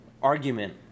argument